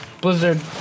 Blizzard